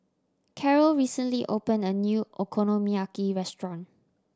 Karyl recently opened a new Okonomiyaki restaurant